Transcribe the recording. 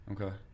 Okay